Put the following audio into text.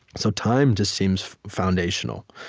so time just seems foundational.